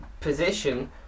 position